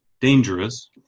dangerous